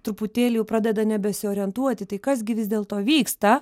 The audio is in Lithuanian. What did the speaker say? truputėlį jau pradeda nebesiorientuoti tai kas gi vis dėlto vyksta